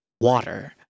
water